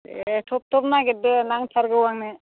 देह थाब थाब नागिरदो नांथारगौ आंनो